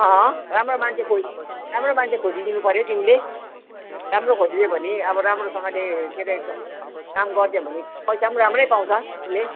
राम्रो मान्छे खोजी राम्रो मान्छे खोजिदिनु पऱ्यो तिमीले राम्रो खोजिदियो भनी अब राम्रोसँगले के अरे काम गरिदियौ भने पैसा राम्रो पाउँछ उसले